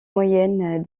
moyenne